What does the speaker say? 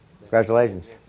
Congratulations